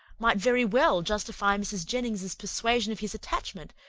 might very well justify mrs. jennings's persuasion of his attachment,